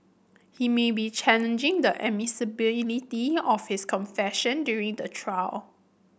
he may be challenging the admissibility of his confession during the trial